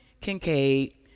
Kincaid